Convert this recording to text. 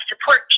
support